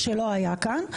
מה שלא היה כאן,